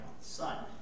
son